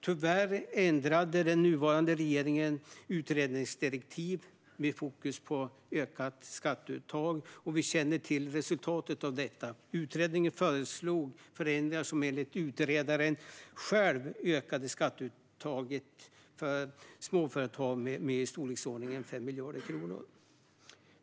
Tyvärr ändrade den nuvarande regeringen utredningens direktiv med fokus på ökat skatteuttag, och vi känner till resultatet av detta. Utredningen föreslog förändringar som enligt utredaren själv ökade skatteuttaget för småföretag med i storleksordningen 5 miljarder kronor.